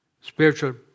spiritual